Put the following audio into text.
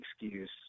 excuse